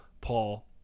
Paul